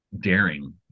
daring